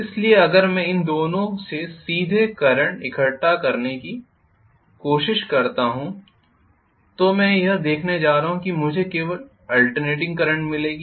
इसलिए अगर मैं इन दोनों से सीधे करंट इकट्ठा करने की कोशिश करता हूं तो मैं यह देखने जा रहा हूं कि मुझे केवल आल्टर्नेटिंग करंट मिलेगी